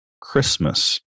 Christmas